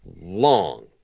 long